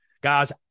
Guys